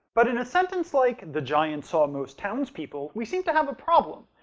but in a sentence like the giant saw most townspeople, we seem to have a problem.